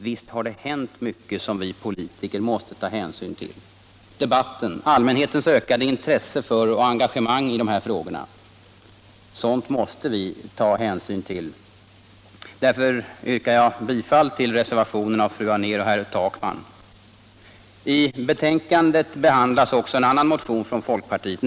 Visst har det hänt mycket som vi politiker måste ta hänsyn till — debatten, allmänhetens ökade intresse för och engagemang i dessa frågor. Sådant måste vi ta hänsyn till. Därför yrkar jag bifall till reservationen av fru Anér och herr Takman. I betänkandet behandlas också en annan motion från folkpartiet.